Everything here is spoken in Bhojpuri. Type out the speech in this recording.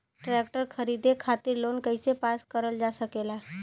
ट्रेक्टर खरीदे खातीर लोन कइसे पास करल जा सकेला?